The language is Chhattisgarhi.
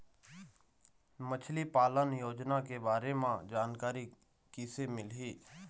मछली पालन योजना के बारे म जानकारी किसे मिलही?